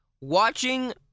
watching